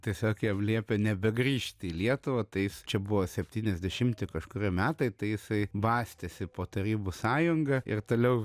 tiesiog jam liepė nebegrįžti į lietuvą tai jis čia buvo septyniasdešimti kažkurie metai tai jisai bastėsi po tarybų sąjungą ir toliau vyk